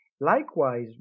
Likewise